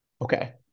Okay